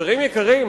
חברים יקרים,